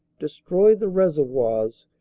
destroyed the reservoirs,